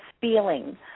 feeling